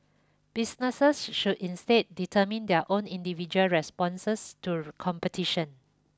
businesses should instead determine their own individual responses to competition